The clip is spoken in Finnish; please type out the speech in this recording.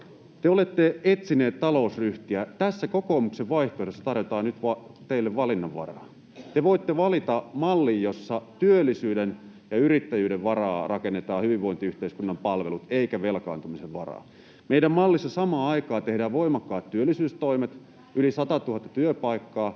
Te olette etsineet talousryhtiä. Tässä kokoomuksen vaihtoehdossa tarjotaan nyt teille valinnanvaraa. Te voitte valita mallin, jossa hyvinvointiyhteiskunnan palvelut rakennetaan työllisyyden ja yrittäjyyden varaan eikä velkaantumisen varaan. Samaan aikaan meidän mallissamme tehdään voimakkaat työllisyystoimet, yli 100 000 työpaikkaa,